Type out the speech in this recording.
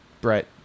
Brett